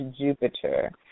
Jupiter